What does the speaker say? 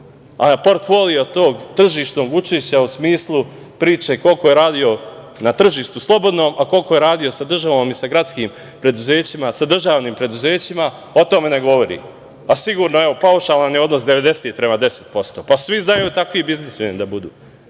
od tog tržišnog učešća u smislu priče koliko je radio na tržištu slobodnom, a koliko je radio sa državom i sa gradskim preduzećima, sa državnim preduzećima, o tome ne govori. A, sigurno, evo, paušalan je odnos 90% prema 10%. Pa, svi znaju takvi biznismeni da budu.